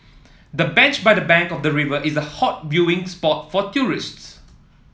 the bench by the bank of the river is a hot viewing spot for tourists